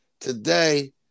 Today